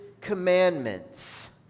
commandments